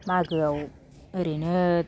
मागोआव ओरैनो